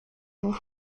boue